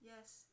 Yes